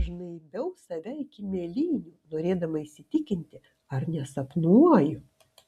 žnaibiau save iki mėlynių norėdama įsitikinti ar nesapnuoju